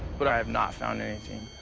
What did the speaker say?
but i have not found anything,